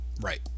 Right